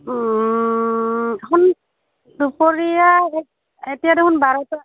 দুপৰীয়া এতিয়া দেখোন বাৰটা